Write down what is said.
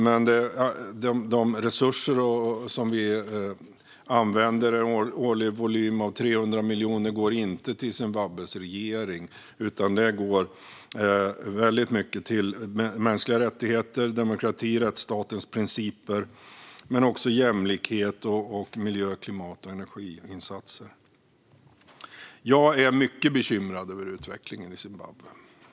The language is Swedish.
Men de resurser som vi använder - en årlig volym av 300 miljoner - går inte till Zimbabwes regering, utan mycket av dem går till insatser för mänskliga rättigheter, demokrati och rättsstatens principer men också för jämlikhet samt miljö, klimat och energi. Jag är mycket bekymrad över utvecklingen i Zimbabwe.